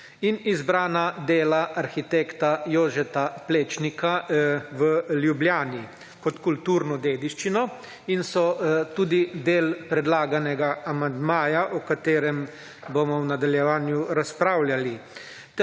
in izbrana dela arhitekta Jožeta Plečnika v Ljubljani kot kulturno dediščino in so tudi del predlaganega amandmaja, o katerem bomo v nadaljevanju razpravljali,